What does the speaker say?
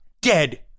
dead